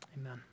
amen